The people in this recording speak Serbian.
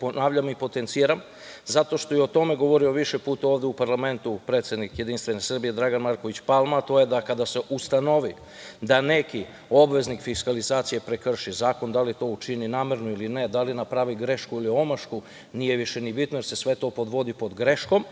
ponavljam i potenciram jer je i o tome govorio više puta u parlamentu predsednik JS Dragan Marković Palma, a to je da kada se ustanovi da neki obveznik fiskalizacije prekrši zakon, da li to učini namerno ili ne, da li napravi grešku ili omašku, nije ni bitno, jer se sve to podvodi pod greškom,